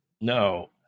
No